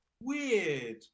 weird